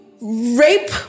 rape